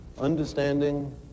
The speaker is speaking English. understanding